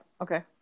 Okay